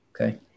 okay